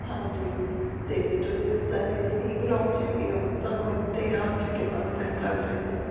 ਹਾਂਜੀ ਅਤੇ ਤੁਸੀਂ ਇਸ ਟਾਈਮ ਕਿਸ ਈ ਬਲੋਕ 'ਚ ਹੈਗੇ ਹੋ ਤੁਹਾਨੂੰ ਇੱਥੇ ਆਉਣ 'ਚ ਕਿੰਨਾ ਕੁ ਟਾਈਮ ਲੱਗ ਜਾਏਗਾ